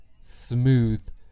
smooth